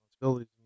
responsibilities